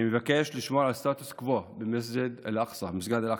אני מבקש לשמור על הסטטוס קוו במסגד אל-אקצא